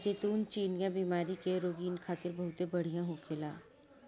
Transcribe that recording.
जैतून चिनिया बीमारी के रोगीन खातिर बहुते बढ़िया होखेला